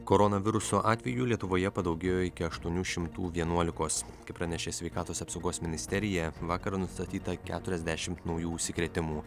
koronaviruso atvejų lietuvoje padaugėjo iki aštuonių šimtų vienuolikos kaip pranešė sveikatos apsaugos ministerija vakar nustatyta keturiasdešimt naujų užsikrėtimų